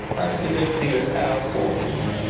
i'm suggesting that our sources,